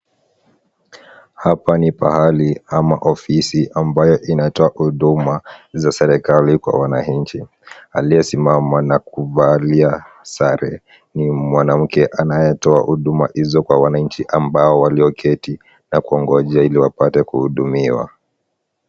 Hapa ni pahali ama ofisi ambayo inatoa hudumaza serikali kwa wananchi. Aliyesimama na kuvalia sare ni mwanamke anayetoa hudumua hizo kwa wananchi ambao walioketi na kuongoja ili wapate kuhudumiwa.